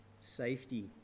safety